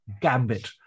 gambit